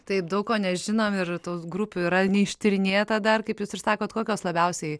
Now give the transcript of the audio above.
taip daug ko nežinom ir tų grupių yra neištyrinėta dar kaip jūs ir sakot kokios labiausiai